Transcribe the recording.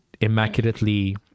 immaculately